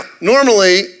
normally